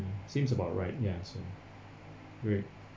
seems about right ya so great